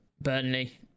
Burnley